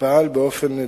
פעל באופן דומה.